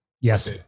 Yes